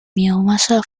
biomasa